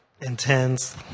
intense